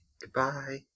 Goodbye